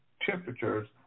temperatures